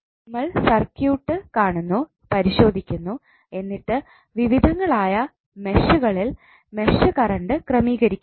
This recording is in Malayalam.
നമ്മൾ സർക്യൂട്ട് കാണുന്നു പരിശോധിക്കുന്നു എന്നിട്ട് വിവിധങ്ങളായ മെഷുകളിൽ മെഷ് കറണ്ട് ക്രമീകരിക്കുന്നു